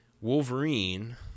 Wolverine